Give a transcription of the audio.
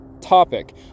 topic